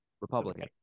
Republican